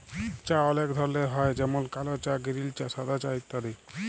চাঁ অলেক ধরলের হ্যয় যেমল কাল চাঁ গিরিল চাঁ সাদা চাঁ ইত্যাদি